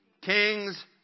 kings